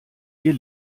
ihr